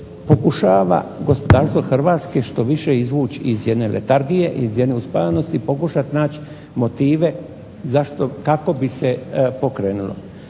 pokušava gospodarstvo Hrvatske što više izvući iz jedne letargije, iz jedne uspavanosti i pokušat naći motive kako bi se pokrenulo.